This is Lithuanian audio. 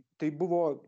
tai buvo